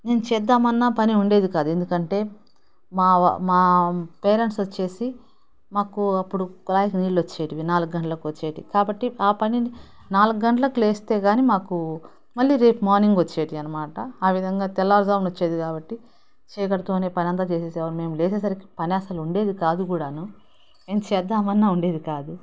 నేను చేద్దామన్న పని ఉండేది కాదు ఎందుకంటే మా మా పేరెంట్స్ వచ్చేసి మాకు అప్పుడు కుళాయికి నీళ్ళు వచ్చేవి నాలుగు గంటలకు వచ్చేవి కాబట్టి ఆ పని నాలుగు గంటలకు లేస్తే కాని మాకు మళ్ళీ రేపు మార్నింగ్ వచ్చేవి అనమాట ఆ విధంగా తెల్లారుజామున వచ్చేది కాబట్టి చీకటితోనే పని అంత చేసేసే వారు మేము లేచేసరికి పని అసలు ఉండేది కాదు కూడాను మేం చేద్దామన్న ఉండేది కాదు